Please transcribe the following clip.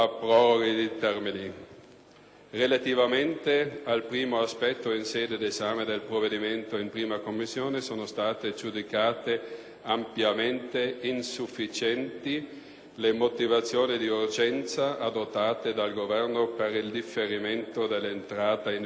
Relativamente al primo aspetto, in sede d'esame del provvedimento in prima Commissione, sono state giudicate ampiamente insufficienti le motivazioni di urgenza addotte dal Governo per il differimento dell'entrata in vigore di alcune norme,